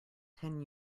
ten